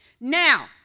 Now